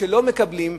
שלא מקבלים,